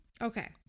Okay